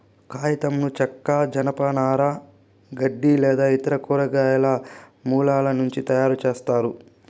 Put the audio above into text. కాగితంను చెక్క, జనపనార, గడ్డి లేదా ఇతర కూరగాయల మూలాల నుంచి తయారుచేస్తారు